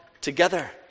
together